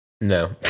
no